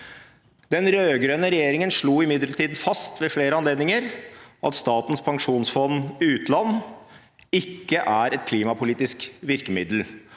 Den rød-grønne regjeringen slo imidlertid ved flere anledninger fast at Statens pensjonsfond utland ikke er et klimapolitisk virkemiddel,